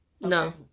No